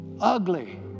Ugly